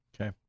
Okay